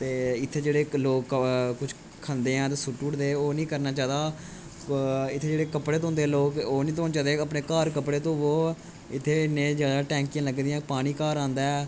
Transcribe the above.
ते इत्थै जेह्ड़े लोक खंदेआं ते सुट्टी औड़दे आं ते एह् नेईं करना चाहिदा इत्थै जेह्ड़े कपड़े धोंदे लोक ते अपने घार कपड़े धोवो इत्थै नेईं जैदा टैंकियां लगी दियां पानी घार आंदा